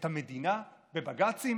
את המדינה, בבג"צים?